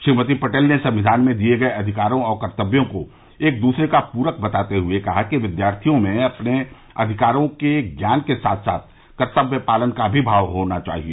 श्रीमती पटेल ने संविधान में दिए गए अधिकारों और कर्तव्यों को एक दूसरे का पूरक बताते हए कहा कि विद्यार्थियों में अपने अधिकारों के ज्ञान के साथ साथ कर्तव्य पालन का भी भाव होना चाहिए